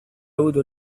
avuto